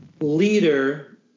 leader